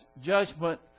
judgment